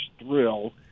thrill